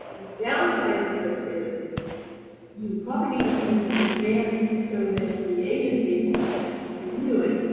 downside to this is you probably need to submit that in advance so that the agency will have a chance to review it.